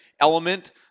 element